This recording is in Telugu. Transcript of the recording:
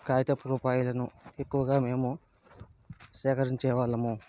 కాగితపు రూపాయలను ఎక్కువగా మేము సేకరించేవాళ్ళము